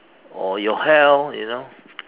or your health you know